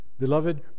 Beloved